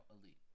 elite